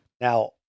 Now